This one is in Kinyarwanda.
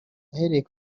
ahereye